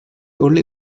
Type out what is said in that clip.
only